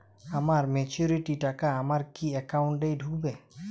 আমার ম্যাচুরিটির টাকা আমার কি অ্যাকাউন্ট এই ঢুকবে?